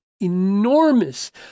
enormous